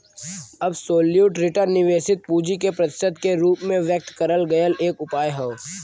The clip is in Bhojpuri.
अब्सोल्युट रिटर्न निवेशित पूंजी के प्रतिशत के रूप में व्यक्त करल गयल एक उपाय हौ